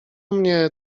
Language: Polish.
mnie